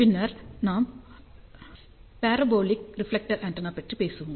பின்னர் நாம் parabolic reflector antenna பற்றி பேசுவோம்